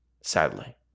Sadly